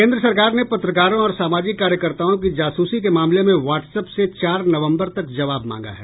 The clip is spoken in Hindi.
केन्द्र सरकार ने पत्रकारों और सामाजिक कार्यकर्ताओं की जासूसी के मामले में व्हाट्स एप से चार नवम्बर तक जवाब मांगा है